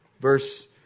verse